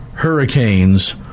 hurricanes